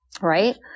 Right